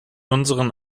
unseren